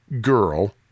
Girl